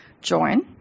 join